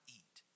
eat